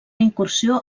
incursió